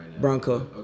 Bronco